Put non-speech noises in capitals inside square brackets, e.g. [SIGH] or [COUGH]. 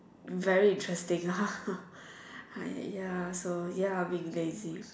very interesting [LAUGHS] ya so ya being lazy